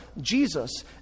Jesus